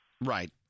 Right